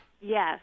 Yes